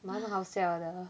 蛮好笑的